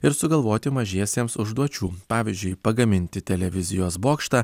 ir sugalvoti mažiesiems užduočių pavyzdžiui pagaminti televizijos bokštą